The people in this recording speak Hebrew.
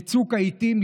בצוק העיתים,